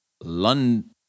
London